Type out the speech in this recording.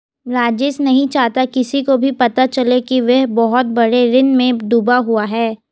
राजेश नहीं चाहता किसी को भी पता चले कि वह बहुत बड़े ऋण में डूबा हुआ है